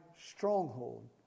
Stronghold